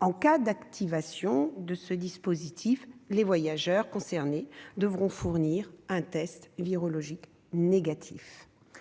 En cas d'activation de ces dispositifs, les voyageurs concernés devront fournir un test virologique négatif.